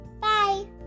Bye